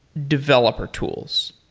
developer tools.